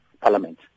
parliament